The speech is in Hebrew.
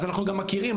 אז אנחנו גם מכירים,